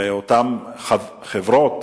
ואותן חברות